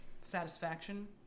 satisfaction